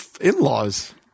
in-laws